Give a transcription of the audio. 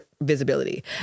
visibility